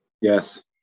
Yes